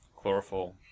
chlorophyll